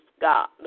God